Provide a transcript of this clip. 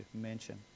mention